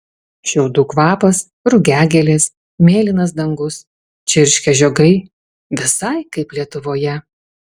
šiaudų kvapas rugiagėlės mėlynas dangus čirškia žiogai visai kaip lietuvoje